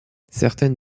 certaines